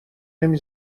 نمی